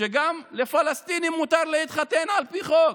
שגם לפלסטיני מותר להתחתן על פי חוק,